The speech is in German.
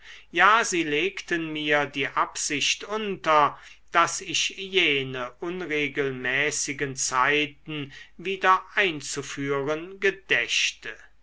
ja sie legten mir die absicht unter daß ich jene unregelmäßigen zeiten wieder einzuführen gedächte